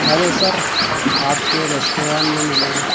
hello sir آپ کے restaurant میں میں نے